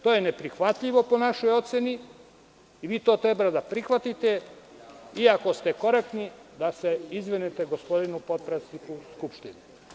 To je neprihvatljivo po našoj oceni i vi to treba da prihvatite i ako ste korektni da se izvinete gospodinu potpredsedniku Skupštine.